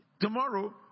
tomorrow